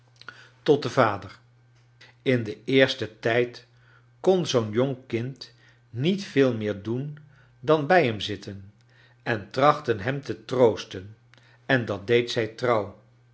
tot den vader in den eersten tijd kon zoo'n jong kind niet veel meer doen dan bij hem zitten en trachten hem te troosten en dat deed zij trouw